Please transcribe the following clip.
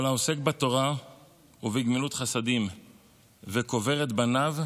כל העוסק בתורה ובגמילות חסדים וקובר את בניו,